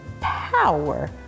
power